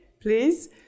please